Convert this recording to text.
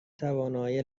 توانایی